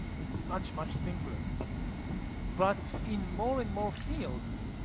it's much, much simpler but in more and more fields,